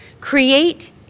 create